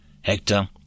Hector